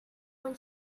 when